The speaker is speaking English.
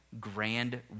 grand